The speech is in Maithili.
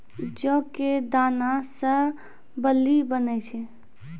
जौ कॅ दाना सॅ बार्ली बनै छै